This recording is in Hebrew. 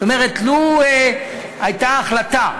זאת אומרת, לו הייתה החלטה,